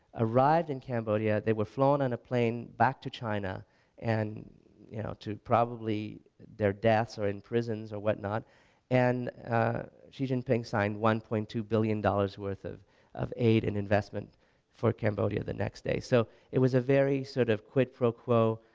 arrived in cambodia they were flown on a plane back to china and you know to probably their deaths or in prisons or what now and xi jinping signed one point two billion dollars worth of of aid in investments for cambodia the next day so it was a very sort of quid pro quo,